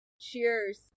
Cheers